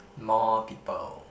more people